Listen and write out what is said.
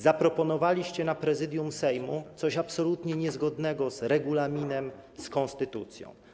Zaproponowaliście na posiedzeniu Prezydium Sejmu coś absolutnie niezgodnego z regulaminem, z konstytucją.